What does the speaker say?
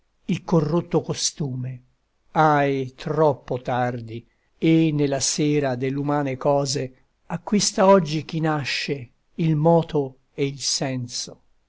il corrotto costume ahi troppo tardi e nella sera dell'umane cose acquista oggi chi nasce il moto e il senso